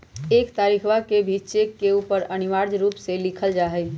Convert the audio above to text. एक तारीखवा के भी चेक के ऊपर अनिवार्य रूप से लिखल जाहई